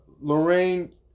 lorraine